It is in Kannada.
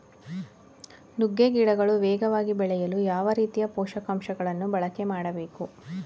ನುಗ್ಗೆ ಗಿಡಗಳು ವೇಗವಾಗಿ ಬೆಳೆಯಲು ಯಾವ ರೀತಿಯ ಪೋಷಕಾಂಶಗಳನ್ನು ಬಳಕೆ ಮಾಡಬೇಕು?